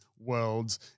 worlds